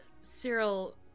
Cyril